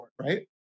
right